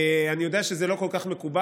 אני יודע שזה לא כל כך מקובל,